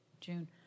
June